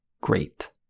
great